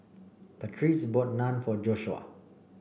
patrice bought Naan for Joshua